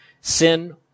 Sin